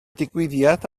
digwyddiad